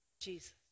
Jesus